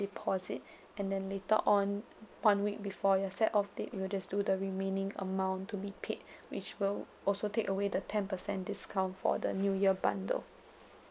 deposit and then later on one week before your set off date we'll just do the remaining amount to be paid which will also take away the ten per cent discount for the new year bundle